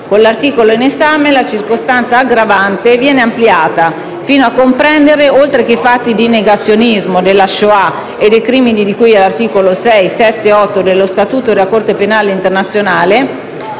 Con l'articolo in esame la circostanza aggravante viene ampliata fino a comprendere, oltre che i fatti di negazionismo della Shoah o dei crimini di cui agli articoli 6, 7 e 8 dello statuto della Corte penale internazionale,